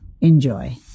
Enjoy